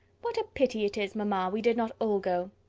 what a pity it is, mamma, we did not all go.